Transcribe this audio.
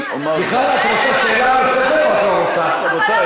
מיכל, את רוצה שאלה נוספת או את לא רוצה?